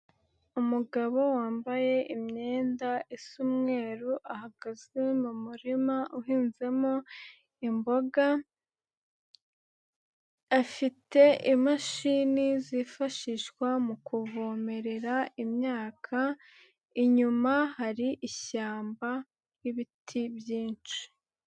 Umugabo wambaye imyenda isa umweruru, ahagaze mu murima uhinzemo imboga, afite imashini zifashishwa mu kuvomerera imyaka, inyuma hari ishyamba n'ibiti byinshi.